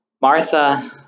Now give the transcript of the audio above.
Martha